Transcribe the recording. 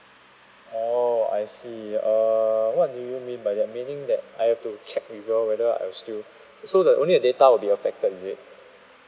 oh I see err what do you mean by your meaning that I have to check with you all whether I still so the only uh data will be affected is it